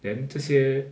then 这些